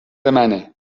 منه